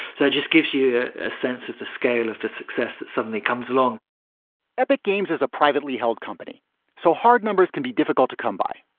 so it just gives you a sense of the scale of the success that suddenly comes along epic games as a privately held company so hard numbers can be difficult to come by.